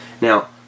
Now